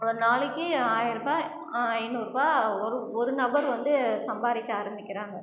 ஒரு நாளைக்கு ஆயிரம் ரூபாய் ஐநூறு ரூபாய் ஒரு ஒரு நபர் வந்து சம்பாதிக்க ஆரம்மிக்கிறாங்க